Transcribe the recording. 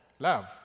Love